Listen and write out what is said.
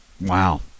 Wow